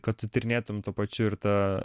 kad tu tyrinėtum tuo pačiu ir tą